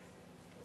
אוקיי.